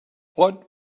what